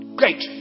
great